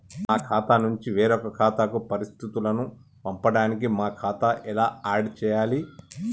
మా ఖాతా నుంచి వేరొక ఖాతాకు పరిస్థితులను పంపడానికి మా ఖాతా ఎలా ఆడ్ చేయాలి?